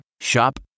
Shop